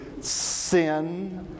sin